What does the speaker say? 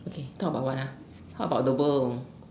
okay talk about what ah talk about the world